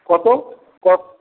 কত